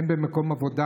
הן במקום עבודה,